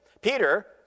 Peter